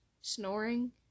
snoring